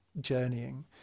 journeying